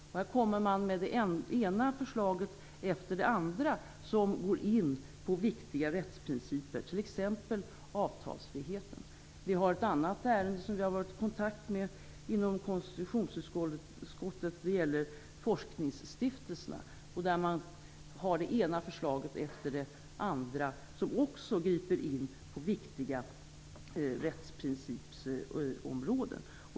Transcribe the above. Regeringen kommer med det ena förslaget efter det andra som går in på viktiga rättsprinciper, t.ex. avtalsfriheten. Det finns ett annat ärende som konstitutionsutskottet har varit i kontakt med. Det gäller forskningsstiftelserna. Också där har regeringen det ena förslaget efter det andra som griper in på viktiga rättsprincipsområden.